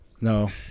No